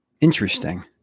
Interesting